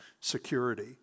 security